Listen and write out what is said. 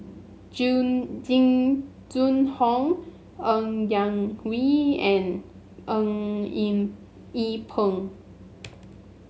June Jing Jun Hong Ng Yak Whee and Eng Yee Peng